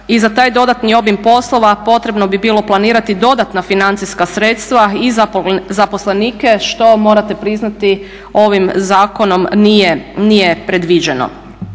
I za taj dodatni obim poslova potrebno bi bilo planirati dodatna financijska sredstva i za zaposlenike što morate priznati ovim zakonom nije predviđeno.